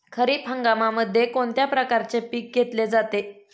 खरीप हंगामामध्ये कोणत्या प्रकारचे पीक घेतले जाते?